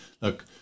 look